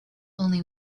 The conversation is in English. only